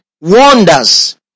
wonders